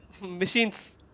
machines